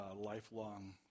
lifelong